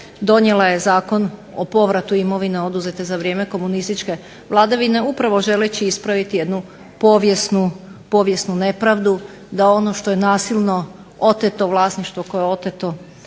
donijela je Zakon o povratu imovine oduzete za vrijeme komunističke vladavine upravo želeći ispraviti jednu povijesnu nepravdu da ono što je nasilno oteto vlasništvo koje je oteto